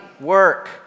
work